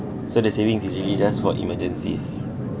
so the savings is really just for emergencies